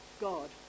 God